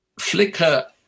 flickr